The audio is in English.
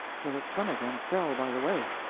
so that some of them fell by the way.